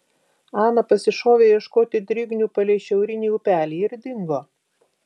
ana pasišovė ieškoti drignių palei šiaurinį upelį ir dingo